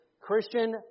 Christian